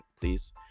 please